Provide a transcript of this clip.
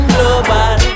Global